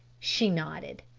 she nodded.